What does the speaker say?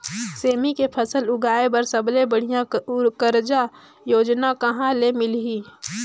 सेमी के फसल उगाई बार सबले बढ़िया कर्जा योजना कहा ले मिलही?